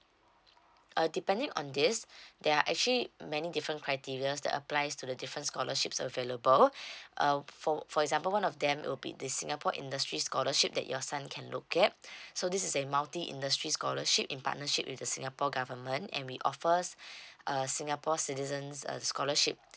uh depending on this there are actually many different criterias that applies to the different scholarships available um for for example one of them will be the singapore industry scholarship that your son can look at so this is a multi industry scholarship in partnership with the singapore government and we offer uh singapore citizens a scholarship